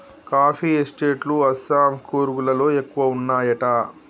coffee estate లు అస్సాం, కూర్గ్ లలో ఎక్కువ వున్నాయట